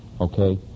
Okay